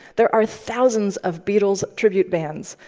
there are thousands of beatles tribute bands.